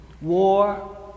War